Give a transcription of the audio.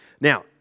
Now